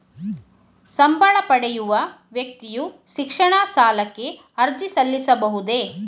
ಸಂಬಳ ಪಡೆಯುವ ವ್ಯಕ್ತಿಯು ಶಿಕ್ಷಣ ಸಾಲಕ್ಕೆ ಅರ್ಜಿ ಸಲ್ಲಿಸಬಹುದೇ?